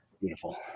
Beautiful